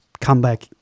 comeback